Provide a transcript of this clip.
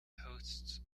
hosts